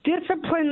Discipline